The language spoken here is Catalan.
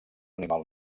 animal